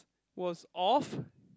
was off